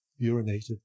urinated